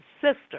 sister